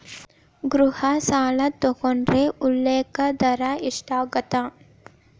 ಗೃಹ ಸಾಲ ತೊಗೊಂಡ್ರ ಉಲ್ಲೇಖ ದರ ಎಷ್ಟಾಗತ್ತ